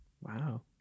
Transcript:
Wow